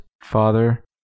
father